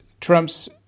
Trump's